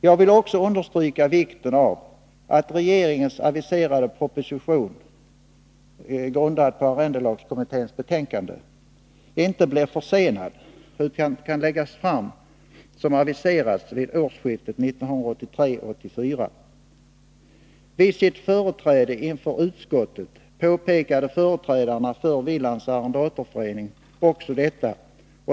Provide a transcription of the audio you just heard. Jag vill också understryka vikten av att regeringens aviserade proposition, grundad på arrendelagskommitténs betänkande, inte blir försenad utan kan läggas fram som aviserats vid årsskiftet 1983-1984. Vid sitt företräde inför utskottet påpekade företrädarna för Willands arrendatorsförening också detta.